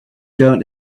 going